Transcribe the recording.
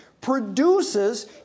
produces